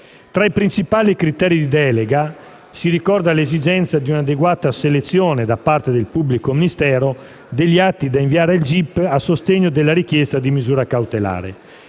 Tra i principali criteri di delega si ricorda l'esigenza di un'adeguata selezione da parte del pubblico ministero degli atti da inviare al gip a sostegno della richiesta di misura cautelare,